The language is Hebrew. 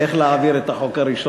איך להעביר את החוק הראשון,